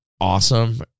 awesome